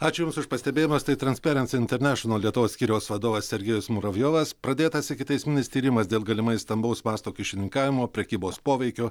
ačiū jums už pastebėjimus tai transperency internašinal lietuvos skyriaus vadovas sergejus muravjovas pradėtas ikiteisminis tyrimas dėl galimai stambaus masto kyšininkavimo prekybos poveikiu